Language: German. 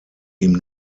ihm